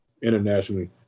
internationally